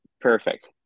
Perfect